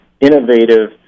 innovative